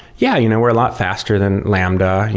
yeah, you know we're a lot faster than lambda.